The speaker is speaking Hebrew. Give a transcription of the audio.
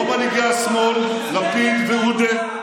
לא מנהיגי השמאל לפיד ועודה,